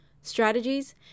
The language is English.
strategies